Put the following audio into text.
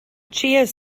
cheers